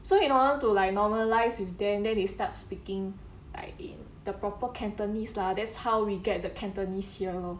so in order to like normal lives with them then they start speaking I in the proper cantonese lah that's how we get the cantonese here la